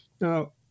Now